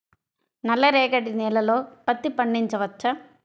నల్ల రేగడి నేలలో పత్తి పండించవచ్చా?